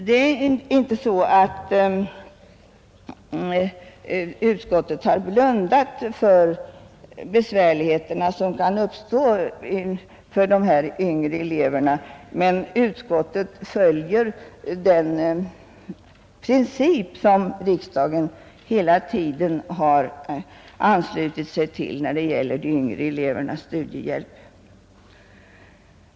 Det är inte så att utskottet har blundat för de besvärligheter som kan uppstå för de här yngre eleverna, men det följer den princip som riksdagen hela tiden har anslutit sig till när det gäller de yngre elevernas studiehjälp.